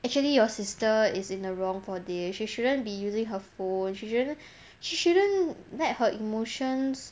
actually your sister is in the wrong for this she shouldn't be using her phone she shouldn't she shouldn't let her emotions